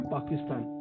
Pakistan